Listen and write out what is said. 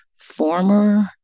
former